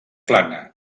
plana